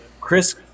Chris